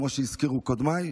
כמו שהזכירו קודמיי,